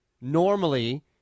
Normally